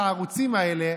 לערוצים האלה,